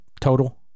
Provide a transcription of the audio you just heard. total